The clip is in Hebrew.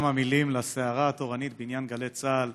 בכמה מילים לסערה התורנית בעניין גלי צה"ל